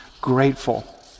Grateful